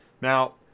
Now